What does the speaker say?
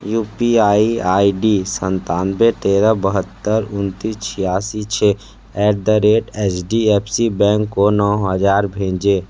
you P I I D सत्तानवे तेरह बहत्तर उनतीस छियासी छः at the rate H D F C bank को नौ हज़ार भेजें